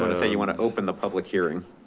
and say you want to open the public hearing?